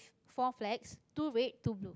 four flags two red two blue